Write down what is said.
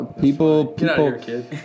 people